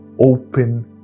open